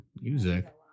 Music